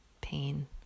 pain